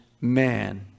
man